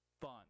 fun